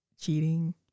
cheating